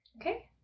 Okay